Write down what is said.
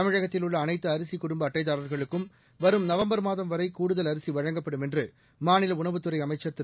தமிழகத்தில் உள்ள அனைத்து அரிசி குடும்ப அட்டைதாரர்களுக்கும் வரும் நவம்பர் மாதம் வரை கூடுதல் அரிசி வழங்கப்படும் என்று மாநில உணவுத்துறை அமைச்சர் திரு